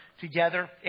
together